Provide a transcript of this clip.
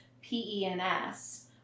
P-E-N-S